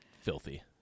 filthy